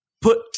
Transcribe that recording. put